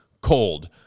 cold